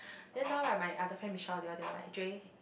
then now right my other friend Michelle they all they are like Jay